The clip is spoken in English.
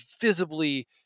visibly